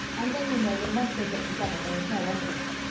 and then, you know, when once they get together, there is no end of it.